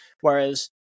Whereas